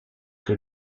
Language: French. que